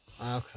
Okay